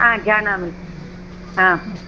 हा जानामि हा